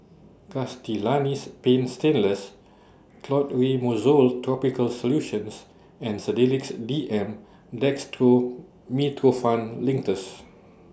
Castellani's Paint Stainless Clotrimozole Topical Solution and Sedilix D M Dextromethorphan Linctus